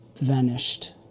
vanished